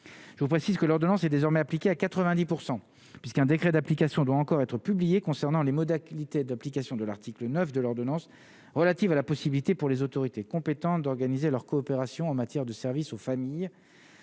je vous précise que l'ordonnance est désormais appliqué à 90 % puisqu'un décret d'application doit encore être publié concernant les modalités d'application de l'article 9 de l'ordonnance relative à la possibilité pour les autorités compétentes d'organiser leur coopération en matière de service aux familles